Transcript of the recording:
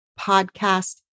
podcast